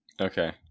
Okay